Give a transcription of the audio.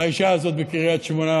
לאישה הזאת בקריית שמונה: